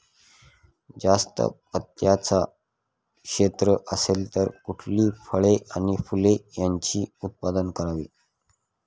जास्त पात्याचं क्षेत्र असेल तर कुठली फळे आणि फूले यांचे उत्पादन करावे?